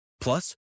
Plus